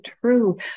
true